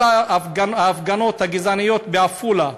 כל ההפגנות הגזעניות בעפולה,